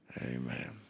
Amen